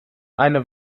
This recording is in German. eine